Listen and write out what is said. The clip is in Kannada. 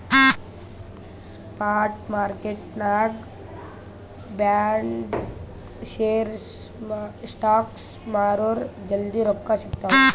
ಸ್ಪಾಟ್ ಮಾರ್ಕೆಟ್ನಾಗ್ ಬಾಂಡ್, ಶೇರ್, ಸ್ಟಾಕ್ಸ್ ಮಾರುರ್ ಜಲ್ದಿ ರೊಕ್ಕಾ ಸಿಗ್ತಾವ್